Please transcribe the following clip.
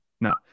No